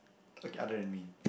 okay other than me